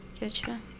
Gotcha